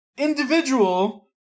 individual